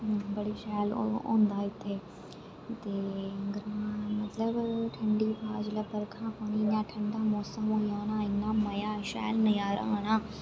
बड़े शैल ओह् होंदा इत्थै ते ग्रां मतलब ठंड़ी ब्हा जेल्ले बर्खा पोंदी 'इ'यां ठंड़ा मौसम होई जाना इन्ना मजा शैल नजारा औना